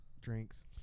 drinks